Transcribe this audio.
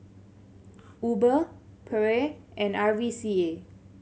Uber Perrier and R V C A